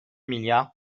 milliards